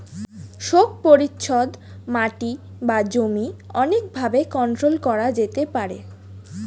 শোক পরিচ্ছদ মাটি বা জমি অনেক ভাবে কন্ট্রোল করা যেতে পারে